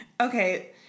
Okay